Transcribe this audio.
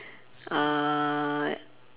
uh